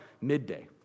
midday